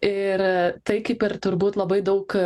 ir tai kaip ir turbūt labai daug